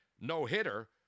no-hitter